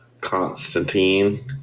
Constantine